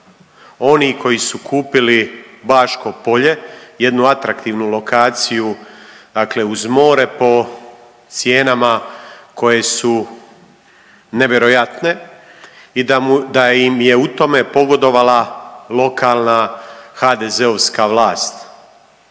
oni koji su kupili Baško polje, jednu atraktivnu lokaciju dakle uz more po cijenama koje su nevjerojatne i da im je u tome pogodovala lokalna HDZ-ovska vlast.